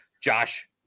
Josh